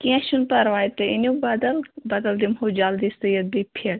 کیٚنٛہہ چھُنہٕ پرواے تُہۍ أنِو بدل بدل دِمہو جلدی سُوِتھ بیٚیہِ فِٹ